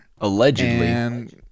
Allegedly